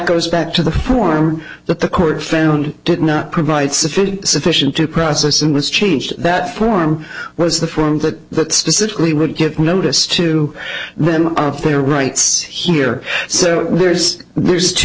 goes back to the form that the court found did not provide sufficient sufficient due process and was changed that form was the form that specifically would give notice to them of their rights here so there is there's two